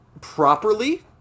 properly